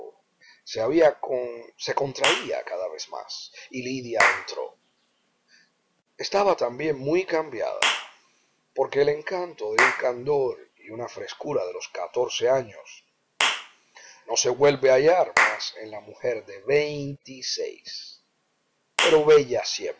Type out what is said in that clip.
corazón de nébel se contraía cada vez más y lidia entró estaba también muy cambiada porque el encanto de un candor y una frescura de los catorce años no se vuelve a hallar más en la mujer de veintiséis pero bella